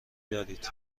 دارید